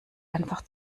einfach